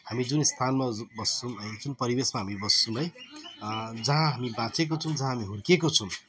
हामी जुन स्थानमा जुन बस्छौँ हामी जुन परिवेशमा हामी बस्छौँ है जहाँ हामी बाँचेको छौँ जहाँ हामी हुर्किएको छौँ